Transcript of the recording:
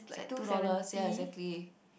it's like two dollars yea exactly